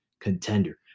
contender